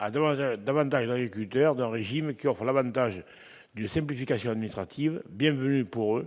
davantage agriculteur de régimes qui ont l'Avantage d'une simplification admnistrative bienvenue pour